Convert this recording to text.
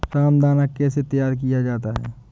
रामदाना कैसे तैयार किया जाता है?